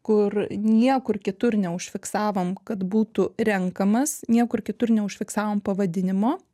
kur niekur kitur neužfiksavom kad būtų renkamas niekur kitur neužfiksavom pavadinimo